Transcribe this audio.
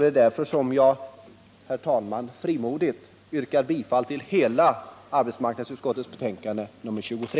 Det är därför som jag, herr talman, frimodigt yrkar bifall till hela den hemställan som gjorts i arbetsmarknadsutskottets betänkande nr 23.